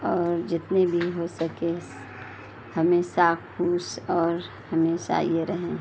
اور جتنے بھی ہو سکے ہمیشہ خوش اور ہمیشہ یہ رہیں